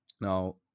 Now